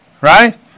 Right